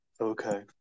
Okay